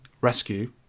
Rescue